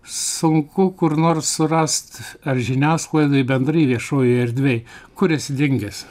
sunku kur nors surast ar žiniasklaidoj bendrai viešojoj erdvėj kur esi dingęs